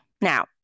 now